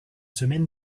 semaine